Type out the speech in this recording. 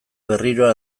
berriro